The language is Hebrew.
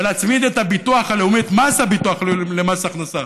ולהצמיד את מס הביטוח הלאומי למס הכנסה.